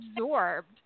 absorbed